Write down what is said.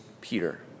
Peter